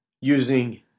using